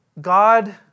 God